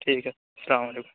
ٹھیک ہے السلام علیکم